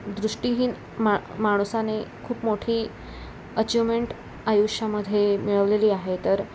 दृष्टीहीन मा माणसाने खूप मोठी अचिवमेंट आयुष्यामध्ये मिळवलेली आहे तर